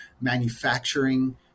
manufacturing